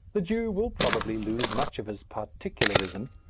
the jew will probably lose much of his particularism,